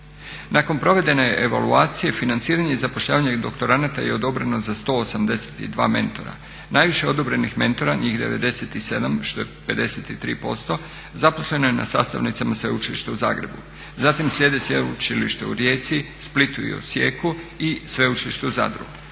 Nakon provedene evaluacije financiranje i zapošljavanje doktoranata je odobreno za 182 mentora. Najviše odobrenih mentora, njih 97 što je 53% zaposleno je na sastavnicama Sveučilišta u Zagrebu. Zatim slijede Sveučilište u Rijeci, Splitu i Osijeku i Sveučilište u Zadru.